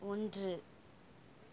ஒன்று